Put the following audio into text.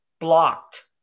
blocked